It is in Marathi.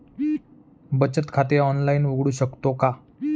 बचत खाते ऑनलाइन उघडू शकतो का?